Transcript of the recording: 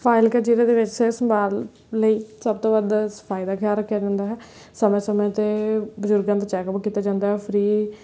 ਫ਼ਾਜ਼ਿਲਕਾ ਜ਼ਿਲ੍ਹੇ ਦੇ ਵਿੱਚ ਸਿਹਤ ਸੰਭਾਲ ਲਈ ਸਭ ਤੋਂ ਵੱਧ ਸਫਾਈ ਦਾ ਖਿਆਲ ਰੱਖਿਆ ਜਾਂਦਾ ਹੈ ਸਮੇਂ ਸਮੇਂ 'ਤੇ ਬਜ਼ੁਰਗਾਂ ਦਾ ਚੈਕਅਪ ਕੀਤਾ ਜਾਂਦਾ ਫਰੀ